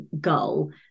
goal